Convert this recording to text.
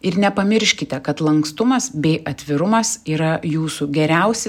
ir nepamirškite kad lankstumas bei atvirumas yra jūsų geriausi